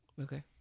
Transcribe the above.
okay